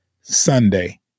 Sunday